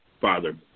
Father